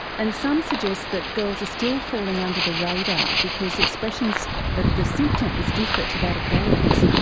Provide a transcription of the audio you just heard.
and some suggest that girls are still falling under the radar because expressions of the symptoms differ to that of boys.